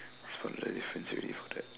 found the difference already for that